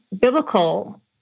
biblical